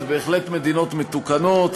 בהחלט מדינות מתוקנות.